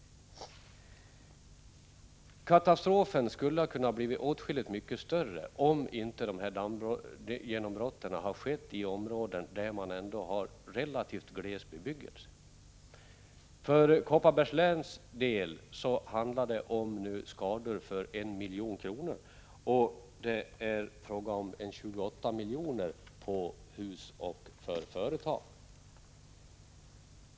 Katastrofen skulle ha blivit åtskilligt mycket större om inte dessa dammgenombrott skett i områden där det ändå är relativt gles bebyggelse. För Kopparbergs läns del handlar det om dammskador för 1 milj.kr., och det är fråga om 28 milj.kr. i skador på hus och för företag.